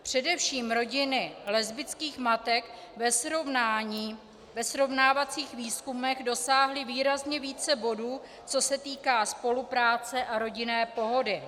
Především rodiny lesbických matek ve srovnávacích výzkumech dosáhly výrazně více bodů, co se týká spolupráce a rodinné pohody.